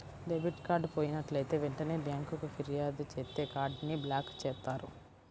debit card పోయినట్లైతే వెంటనే బ్యేంకుకి ఫిర్యాదు చేత్తే కార్డ్ ని బ్లాక్ చేత్తారు